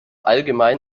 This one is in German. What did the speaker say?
allgemein